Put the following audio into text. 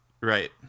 Right